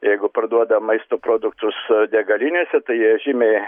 jeigu parduoda maisto produktus degalinėse tai jie žymiai